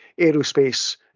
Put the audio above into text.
aerospace